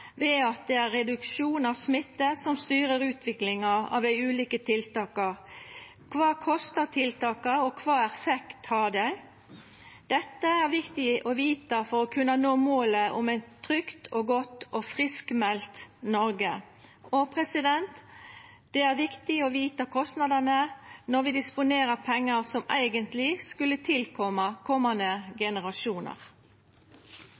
ved at det er reduksjon av smitte som styrer utviklinga av dei ulike tiltaka. Kva kostar tiltaka, og kva effekt har dei? Dette er viktig å vita for å kunna nå målet om eit trygt og godt og friskmeldt Noreg. Og det er viktig å vita kostnadane når vi disponerer pengar som eigentleg skulle